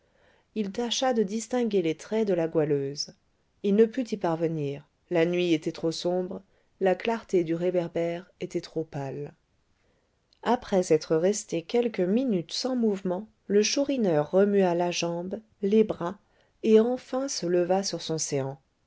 il tâcha de distinguer les traits de la goualeuse il ne put y parvenir la nuit était trop sombre la clarté du réverbère était trop pâle après être resté quelques minutes sans mouvement le chourineur remua la jambe les bras et enfin se leva sur son séant